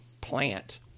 plant